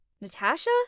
Natasha